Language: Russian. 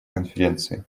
конференции